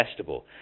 testable